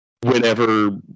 whenever